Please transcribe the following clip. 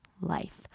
life